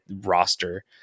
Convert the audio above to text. roster